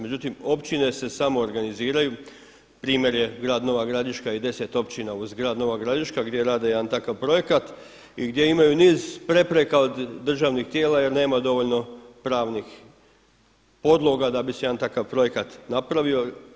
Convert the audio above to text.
Međutim općine se samoorganiziraju, primjer je grad Nova Gradiška i 10 općina uz grad Nova Gradišta gdje rade jedan takav projekta i gdje imaju niz prepreka od državnih tijela jer nema dovoljno pravnih podloga da bi se jedan takav projekat napravio.